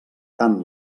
tant